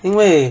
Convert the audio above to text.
因为